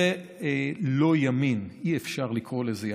זה לא ימין, אי-אפשר לקרוא לזה ימין.